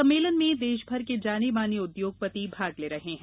सम्मेलन में देशभर के जानेमाने उद्योगपति भाग ले रहे हैं